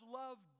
love